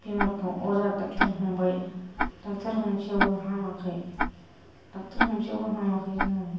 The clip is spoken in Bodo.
बिमलखौ अजा डक्ट'र हमबाय डक्ट'र हमसैआवबो हमाखै खोमा